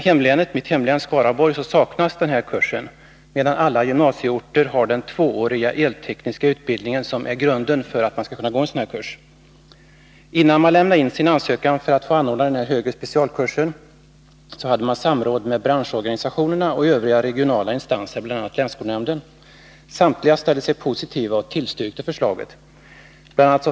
I mitt hemlän Skaraborg saknas denna kurs, medan alla gymnasieorter har den tvååriga eltekniska utbildning som är grunden för att man skall kunna gå kursen. Innan kommunen lämnade in sin ansökan för att få anordna denna högre specialkurs hade kommunen samrått med branschorganisationerna och övriga regionala instanser, bl.a. länsskolnämnden. Samtliga ställde sig positiva till förslaget och tillstyrkte det. Bl.